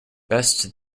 best